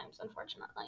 unfortunately